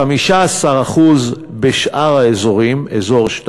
ו-15% בשאר האזורים, אזור 2